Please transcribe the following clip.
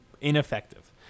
ineffective